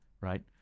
Right